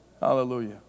Hallelujah